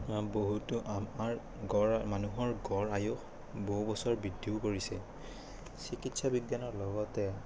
বহুতো আমাৰ গড় মানুহৰ গড় আয়ুস বহু বছৰ বৃদ্ধিও কৰিছে চিকিৎসা বিজ্ঞানৰ লগতে